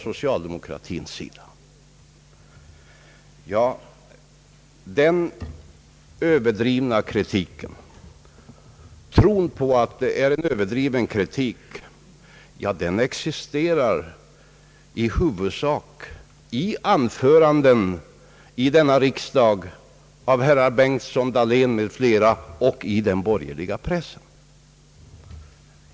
Ja, uppfattningen om en överdriven kritik mot företagen i detta land existerar huvudsakligen i anföranden här i riksdagen av herrar Bengtson och Dahlén m.fl., och i den borgerliga pressen.